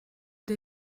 eta